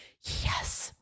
yes